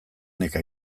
neka